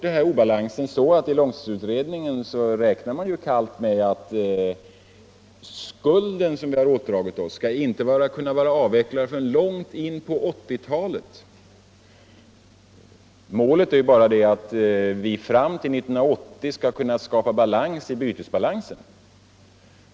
Den här obalansen är så stor att långtidsutredningen kallt räknar med att den skuld som vi ådragit oss inte skall kunna vara avvecklad förrän långt in på 1980-talet. Målet är ju bara att vi fram till 1980 skall kunna skapa balans i bytesbalansen.